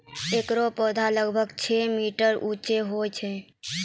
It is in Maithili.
एकरो पौधा लगभग छो मीटर उच्चो होय छै